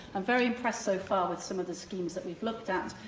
i'm very impressed so far with some of the schemes that we've looked at,